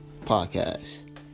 podcast